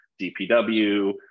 DPW